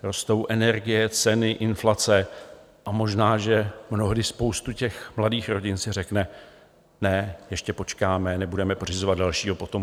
Rostou energie, ceny, inflace a možná že mnohdy spousta těch mladých rodin si řekne ne, ještě počkáme, nebudeme pořizovat dalšího potomka.